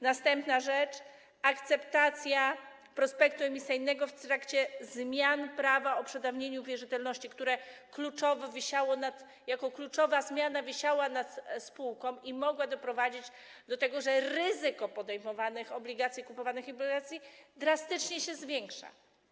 Następna rzecz: akceptacja prospektu emisyjnego w trakcie zmian prawa o przedawnieniu wierzytelności, która jako kluczowa zmiana wisiała nad spółką i mogła doprowadzić do tego, że ryzyko podejmowanych obligacji, kupowanych obligacji drastycznie się zwiększa.